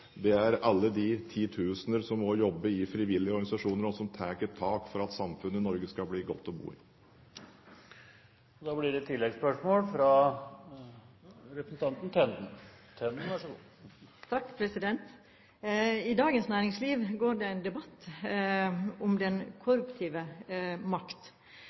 alle de titusener som også jobber i frivillige organisasjoner, og som tar i et tak for at Norge skal bli et godt samfunn å bo i. Det blir så ett oppfølgingsspørsmål – Borghild Tenden. I Dagens Næringsliv går det en debatt om den korporative makt.